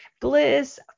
bliss